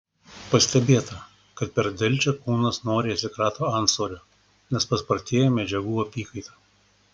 pastebėta kad per delčią kūnas noriai atsikrato antsvorio nes paspartėja medžiagų apykaita